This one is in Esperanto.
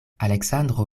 aleksandro